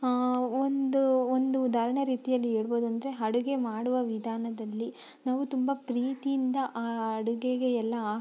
ಒಂದು ಒಂದು ಉದಾಹರ್ಣೆ ರೀತಿಯಲ್ಲಿ ಹೇಳ್ಬೋದ್ ಅಂದರೆ ಅಡುಗೆ ಮಾಡುವ ವಿಧಾನದಲ್ಲಿ ನಾವು ತುಂಬ ಪ್ರೀತಿಯಿಂದ ಆ ಅಡುಗೆಗೆ ಎಲ್ಲ